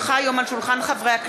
כי הונחה היום על שולחן הכנסת,